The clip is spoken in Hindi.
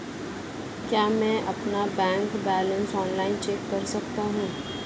क्या मैं अपना बैंक बैलेंस ऑनलाइन चेक कर सकता हूँ?